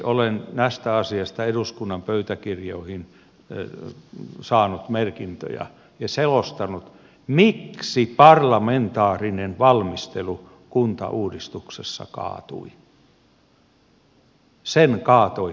olen tästä asiasta eduskunnan pöytäkirjoihin saanut merkintöjä ja selostanut miksi parlamentaarinen valmistelu kuntauudistuksessa kaatui